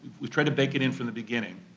we try to bake it in from the beginning,